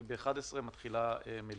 כי ב-11:00 מתחילה מליאה.